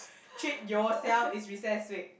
treat yourself it's recess week